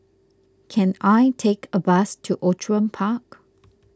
can I take a bus to Outram Park